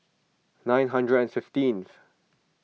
nine hundred and fifteenth